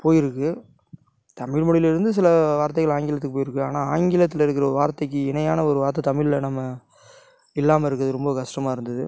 போயிருக்கு தமிழ்மொழியிலிருந்து சில வார்த்தைகள் ஆங்கிலத்துக்கு போயிருக்கு ஆனால் ஆங்கிலத்தில் இருக்கிற ஒரு வார்த்தைக்கு இணையான ஒரு வார்த்தை தமிழில் நம்ம இல்லாமல் இருக்கிறது ரொம்ப கஷ்டமாக இருந்தது